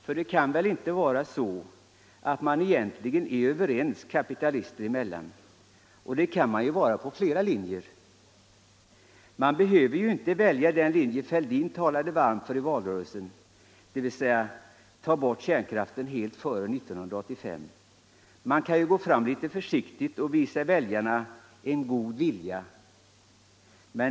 För det kan väl inte vara så att man egentligen är överens kapitalister emellan? Och det kan man vara på flera linjer. Man behöver ju inte välja den linje som herr Fälldin talade varmt för i valrörelsen, dvs. att ta bort kärnkraften helt före 1985. Man kan gå fram litet försiktigt och visa väljarna en god vilja.